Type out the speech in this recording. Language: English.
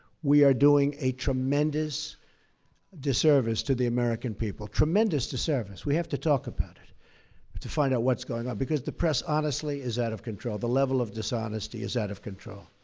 we are doing a tremendous disservice to the american people tremendous disservice. we have to talk about it but to find out what's going on, because the press honestly is out of control. the level of dishonesty is out of control.